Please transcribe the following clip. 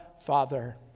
Father